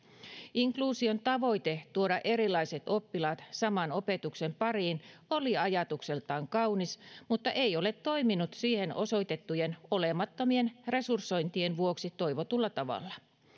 inkluusion tavoite tuoda erilaiset oppilaat saman opetuksen pariin oli ajatukseltaan kaunis mutta ei ole toiminut siihen osoitettujen olemattomien resursointien vuoksi toivotulla tavalla